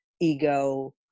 ego